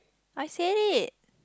I said it